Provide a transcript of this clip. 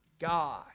God